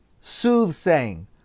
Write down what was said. soothsaying